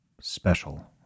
special